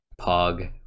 Pog